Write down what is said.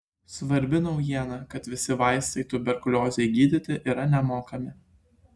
svarbi naujiena kad visi vaistai tuberkuliozei gydyti yra nemokami